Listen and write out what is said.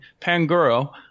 Pangoro